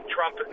Trump